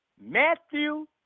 Matthew